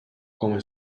come